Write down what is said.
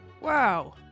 Wow